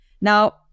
Now